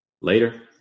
Later